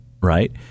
right